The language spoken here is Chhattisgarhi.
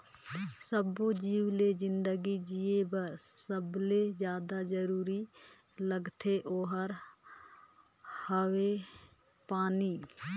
सब्बो जीव ल जिनगी जिए बर सबले जादा जरूरी लागथे ओहार हवे पानी